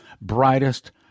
brightest